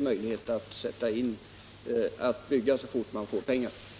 man kan sätta i gång med vägbyggena så snart man får pengar till dessa.